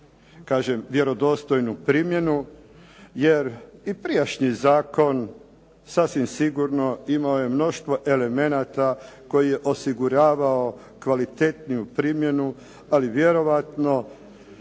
Kažem vjerodostojnu primjenu, jer i prijašnji zakon, sasvim sigurno imao je mnoštvo elemenata koji je osiguravao kvalitetniju primjenu, ali vjerojatno